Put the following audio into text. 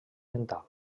mental